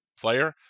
player